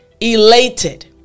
elated